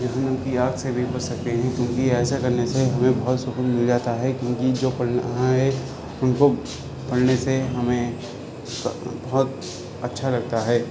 ہم ان کی یاد سے بھی بچ سکتے ہیں کیوںکہ ایسا کرنے سے ہمیں بہت سکون مل جاتا ہے کیوںکہ جو پڑھنا ہے ان کو پڑھنے سے ہمیں بہت اچھا لگتا ہے